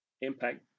Impact